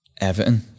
Everton